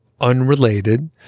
unrelated